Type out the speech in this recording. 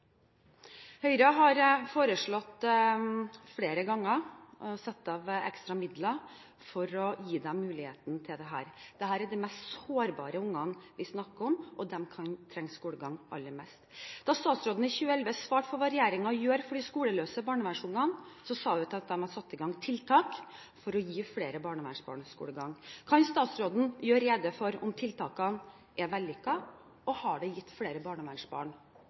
Høyre har foreslått flere ganger å sette av ekstra midler for å gi dem muligheten til dette. Dette er de mest sårbare barna vi snakker om, og de kan trenge skolegang aller mest. Da statsråden i 2011 svarte for hva regjeringen gjør for de skoleløse barnevernsbarna, sa hun at de hadde satt i gang tiltak for å gi flere barnevernsbarn skolegang. Kan statsråden gjøre rede for om tiltakene er vellykket? Og har det gitt flere barnevernsbarn